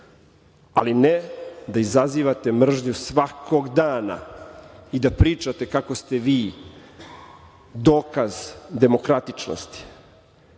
ali ne da izazivate mržnju svakog dana i da pričate kako ste vi dokaz demokratičnosti. Znate,